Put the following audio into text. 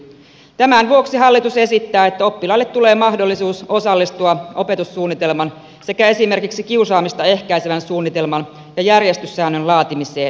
tämän vuoksi hallitus esittää että oppilaille tulee mahdollisuus osallistua opetussuunnitelman sekä esimerkiksi kiusaamista ehkäisevän suunnitelman ja järjestyssäännön laatimiseen